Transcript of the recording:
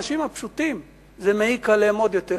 האנשים הפשוטים, זה מעיק עליהם עוד יותר.